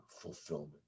fulfillment